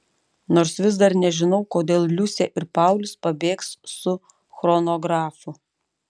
nors vis dar nežinau kodėl liusė ir paulius pabėgs su chronografu